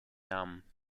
namen